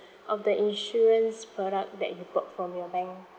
of the insurance product that you bought from your bank